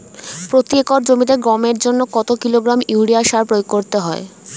প্রতি একর জমিতে গমের জন্য কত কিলোগ্রাম ইউরিয়া সার প্রয়োগ করতে হয়?